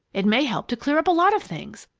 it may help to clear up a lot of things.